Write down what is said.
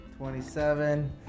27